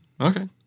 Okay